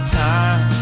time